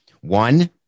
One